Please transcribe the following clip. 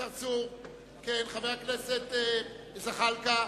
לסעיף 1 אין לכם עוד הסתייגויות.